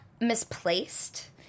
misplaced